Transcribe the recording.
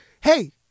hey